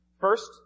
First